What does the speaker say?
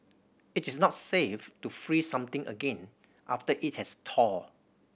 it is not safe to freeze something again after it has thawed